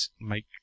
make